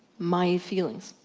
my feeling.